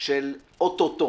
של או-טו-טו.